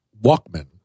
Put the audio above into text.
Walkman